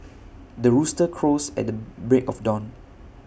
the rooster crows at the break of dawn